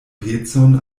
pecon